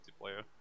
multiplayer